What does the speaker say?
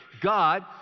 God